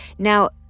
now,